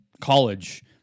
college